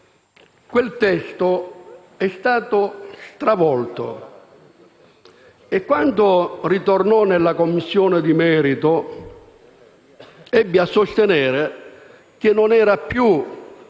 quel testo è stato stravolto. E quando ritornò nella Commissione di merito in Senato, ebbi a sostenere che non era più